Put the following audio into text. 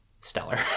stellar